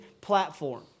platform